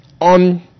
on